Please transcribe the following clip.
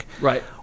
Right